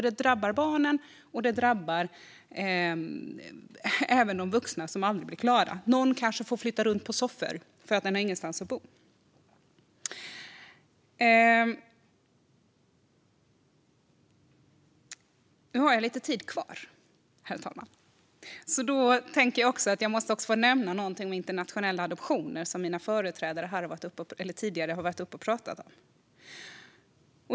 Det drabbar barnen, och det drabbar även de vuxna som aldrig blir klara. Någon kanske får flytta runt och sova på soffor för att den inte har någonstans att bo. Jag har lite tid kvar, herr talman. Då tänker jag att jag måste få nämna något om internationella adoptioner, som tidigare talare har pratat om.